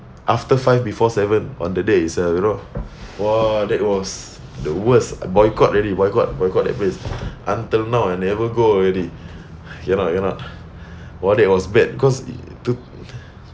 after five before seven on the day is a you know !wah! that was the worst boycott already boycott boycott that place until now I never go already ya lah cannot !wah! that was bad cause to